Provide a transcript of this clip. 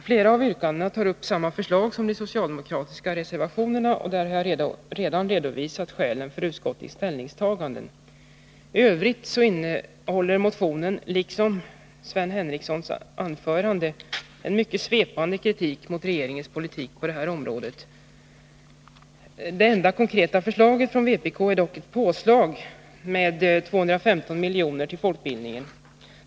Flera av yrkandena tar upp samma förslag som de socialdemokratiska reservationerna, och jag har redan redovisat skälen för utskottets ställningstaganden i de frågorna. I övrigt innehåller motionerna liksom Sven Henricssons anförande en mycket svepande kritik mot regeringens politik på detta område. Det enda konkreta förslaget från vpk är ett påslag med 215 milj.kr. till folkbildningen.